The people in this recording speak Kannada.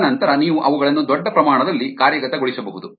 ತದನಂತರ ನೀವು ಅವುಗಳನ್ನು ದೊಡ್ಡ ಪ್ರಮಾಣದಲ್ಲಿ ಕಾರ್ಯಗತಗೊಳಿಸಬಹುದು